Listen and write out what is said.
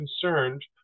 concerned